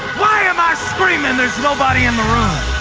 why am i screaming? there's nobody in the room.